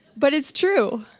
but it's true,